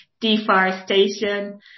deforestation